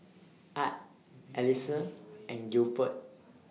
Art Elyse and Gilford